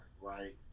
right